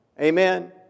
Amen